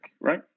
right